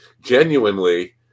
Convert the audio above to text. genuinely